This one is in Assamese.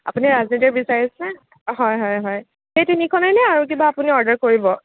আপুনি ৰাজনীতিৰ বিচাৰিছে হয় হয় হয় সেই তিনিখনেই নে আৰু কিবা আপুনি অৰ্ডাৰ কৰিব